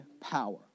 power